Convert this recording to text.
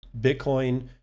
Bitcoin